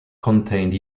contained